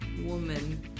woman